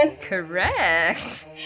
Correct